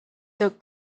the